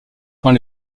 quand